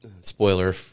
spoiler